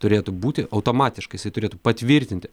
turėtų būti automatiškai jisai turėtų patvirtinti